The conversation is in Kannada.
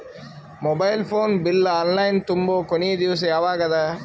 Mobile phone bill online ತುಂಬೊ ಕೊನಿ ದಿವಸ ಯಾವಗದ?